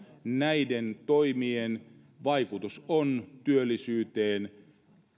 näiden toimien vaikutus on työllisyyteen